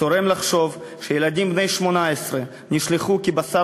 צורם לחשוב שילדים בני 18 נשלחו כבשר